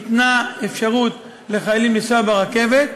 ניתנה אפשרות לחיילים לנסוע ברכבת,